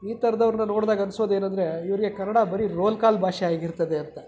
ಈ ಥರದವ್ರ್ನ ನೋಡಿದಾಗ ಅನ್ಸೋದು ಏನು ಅಂದರೆ ಇವ್ರಿಗೆ ಕನ್ನಡ ಬರೀ ರೋಲ್ ಕಾಲ್ ಭಾಷೆ ಆಗಿರ್ತದೆ ಅಂತ